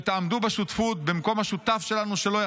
שתעמדו בשותפות במקום השותף שלנו, שלא יחזור.